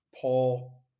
Paul